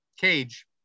Cage